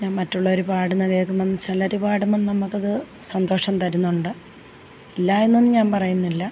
മറ്റുള്ളവർ പാടുന്ന കേൾക്കുമ്പം ചിലർ പാടുമ്പം നമുക്ക് അത് സന്തോഷം തരുന്നുണ്ട് ഇല്ല എന്നൊന്നും ഞാൻ പറയുന്നില്ല